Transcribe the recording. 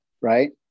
Right